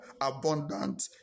abundant